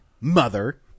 Mother